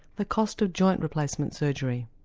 the cost of joint replacement surgery.